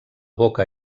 boca